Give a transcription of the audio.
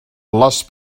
les